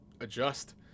adjust